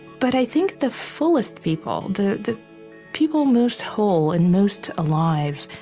but i think the fullest people, the the people most whole and most alive,